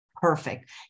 Perfect